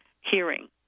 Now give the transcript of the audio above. hearing